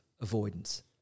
avoidance